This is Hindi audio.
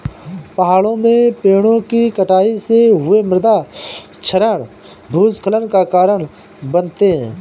पहाड़ों में पेड़ों कि कटाई से हुए मृदा क्षरण भूस्खलन का कारण बनते हैं